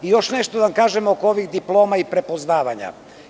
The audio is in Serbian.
Još nešto bih rekao oko ovih diploma i prepoznavanja.